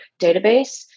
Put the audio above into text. database